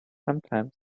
sometimes